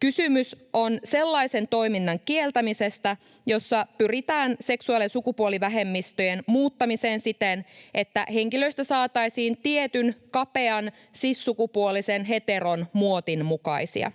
Kysymys on sellaisen toiminnan kieltämisestä, jossa pyritään seksuaali- ja sukupuolivähemmistöjen muuttamiseen siten, että henkilöistä saataisiin tietyn kapean, cis-sukupuolisen heteron muotin mukaisia,